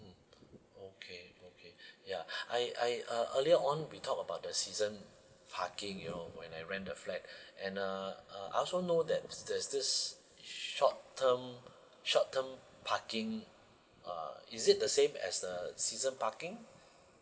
okay okay yeah I I uh earlier on we talk about the season parking you know when I rent a flat and uh uh I also know that there's this short term short term parking uh is it the same as the season parking